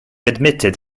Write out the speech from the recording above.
admitted